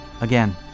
again